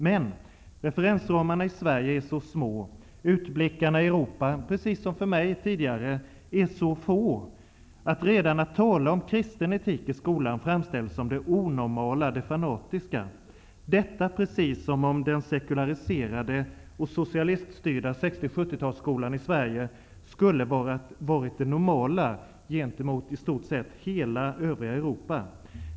Men referensramarna i Sverige är så små, utblickarna i Europa -- precis som för mig tidigare -- så få, att redan att tala om kristen etik i skolan framställs som det onormala, det fanatiska. Det är precis som om den sekulariserade och socialiststyrda 60 och 70-talsskolan i Sverige skulle ha varit det normala gentemot i stort sett hela övriga Europa.